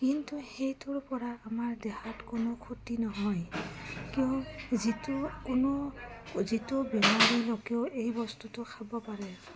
কিন্তু সেইটোৰপৰা আমাৰ দেহাত কোনো ক্ষতি নহয় কিয় যিটো কোনো যিটো বেমাৰী লোকেও এই বস্তুটো খাব পাৰে